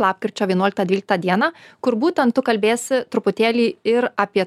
lapkričio dvienuoliktą dvyliktą dieną kur būtent tu kalbėsi truputėlį ir apie